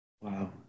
Wow